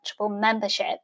membership